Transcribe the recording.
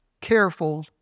careful